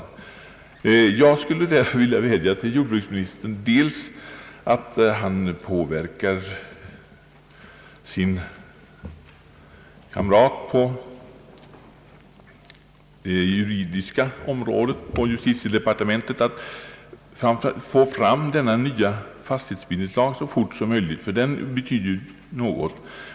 Därför skulle jag vilja vädja till jordbruksministern att han påverkar sin kollega i justitiedepartementet för att den nya fastighetsbildningslagen skall komma fram så fort som möjligt; den betyder ju åtminstone något.